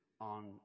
on